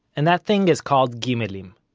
and that thing is called gimelim.